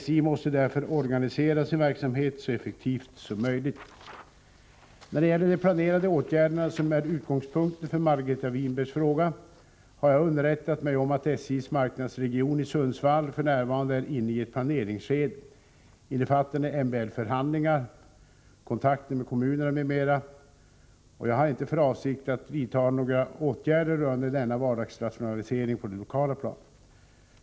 SJ måste därför organisera sin verksamhet så effektivt som möjligt. När det gäller de planerade åtgärder som är utgångspunkten för Margareta Winbergs fråga har jag underrättat mig om att SJ:s marknadsregion i Sundsvall f. n. är inne i ett planeringsskede, innefattande MBL-förhandlingar, kontakter med kommunerna m.m. Jag har inte för avsikt att vidta några åtgärder rörande denna vardagsrationalisering på det lokala planet.